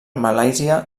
malàisia